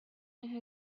and